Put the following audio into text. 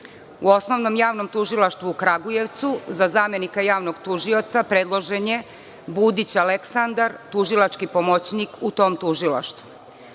Osnovnom javnom tužilaštvu u Kragujevcu za zamenika Javnog tužioca predložen je Budić Aleksandar, tužilački pomoćnik u tom tužilaštvu.U